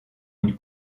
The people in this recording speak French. une